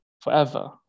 forever